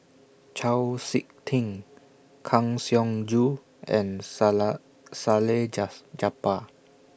Chau Sik Ting Kang Siong Joo and Sala Salleh Japar